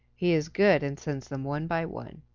he is good and sends them one by one.